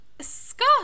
Scott